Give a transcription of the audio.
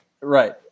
Right